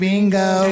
Bingo